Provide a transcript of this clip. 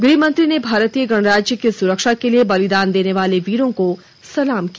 गृहमंत्री ने भारतीय गणराज्य की सुरक्षा के लिए बलिदान देने वाले वीरों को सलाम किया